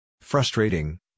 Frustrating